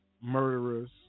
murderers